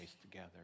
together